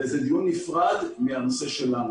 זה דיון נפרד מהנושא שלנו.